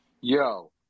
yo